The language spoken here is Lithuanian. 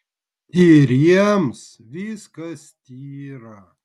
tyriems viskas tyra